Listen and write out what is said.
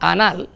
Anal